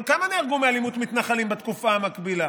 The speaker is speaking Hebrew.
אבל כמה נהרגו מאלימות מתנחלים בתקופה המקבילה?